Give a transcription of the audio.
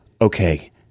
okay